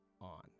on